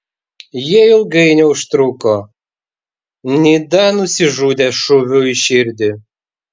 jie ilgai neužtruko nida nusižudė šūviu į širdį